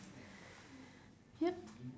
yup